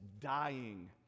dying